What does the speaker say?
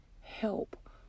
help